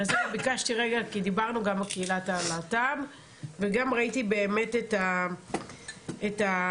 דיברנו גם על קהילת הלהט"ב וגם ראיתי שאחד